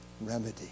remedy